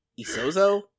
ISOZO